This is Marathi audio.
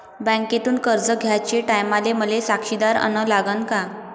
बँकेतून कर्ज घ्याचे टायमाले मले साक्षीदार अन लागन का?